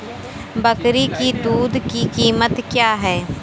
बकरी की दूध की कीमत क्या है?